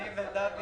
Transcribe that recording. אני ודוד